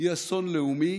היא אסון לאומי.